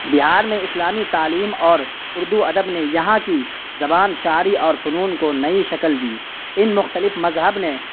بہار میں اسلامی تعلیم اور اردو ادب نے یہاں کی زبان شعاری اور فنون کو نئی شکل دی ان مختلف مذہب نے